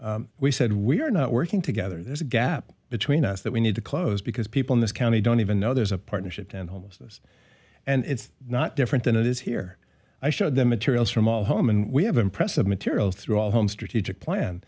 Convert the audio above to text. that we said we're not working together there's a gap between us that we need to close because people in this county don't even know there's a partnership and homelessness and it's not different than it is here i show the materials from all home and we have impressive materials through all homes strategic plan